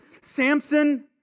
Samson